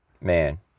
man